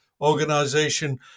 Organization